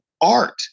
art